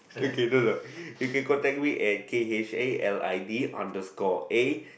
okay then (no) okay contact me at k_h_a_l_i_d underscore A